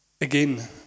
again